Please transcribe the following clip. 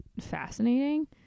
fascinating